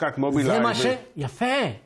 שלישית את הצעת חוק יום ציון